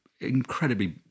incredibly